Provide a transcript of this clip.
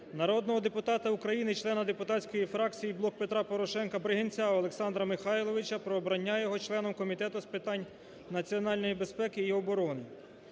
Народного депутата України, члена депутатської фракції "Блок Петра Порошенка" Бригинця Олександра Михайловича про обрання його членом Комітету з питань національної безпеки і оборони.